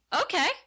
Okay